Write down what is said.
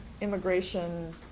immigration